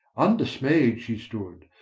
undismayed she stood,